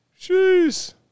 jeez